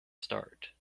start